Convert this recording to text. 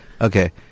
Okay